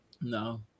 No